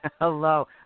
Hello